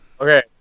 Okay